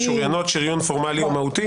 משוריינות, שריון פורמלי או מהותי?